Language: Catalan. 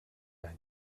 any